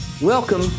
Welcome